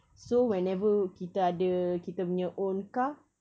so whenever kita ada kita punya own car